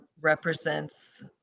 represents